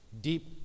deep